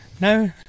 No